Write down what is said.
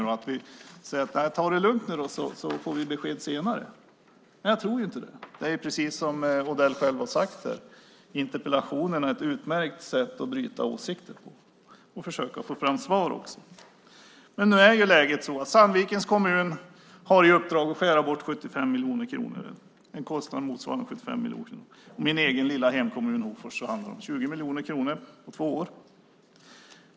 Ska vi ta det lugnt och få besked senare? Jag tror inte det. Det är precis som Odell själv har sagt. Interpellationerna är ett utmärkt sätt att bryta åsikter på och försöka att få fram svar också. Men nu är läget att Sandvikens kommun har i uppdrag att skära bort 75 miljoner kronor, en kostnad motsvarande 75 miljoner kronor. I min egen lilla hemkommun Hofors handlar det om 20 miljoner kronor på två år.